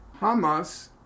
Hamas